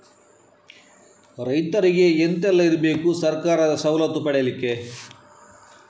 ರೈತರಿಗೆ ಎಂತ ಎಲ್ಲ ಇರ್ಬೇಕು ಸರ್ಕಾರದ ಸವಲತ್ತು ಪಡೆಯಲಿಕ್ಕೆ?